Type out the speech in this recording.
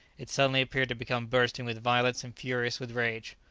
it suddenly appeared to become bursting with violence and furious with rage.